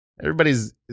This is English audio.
everybody's